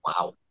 Wow